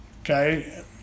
Okay